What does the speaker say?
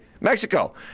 Mexico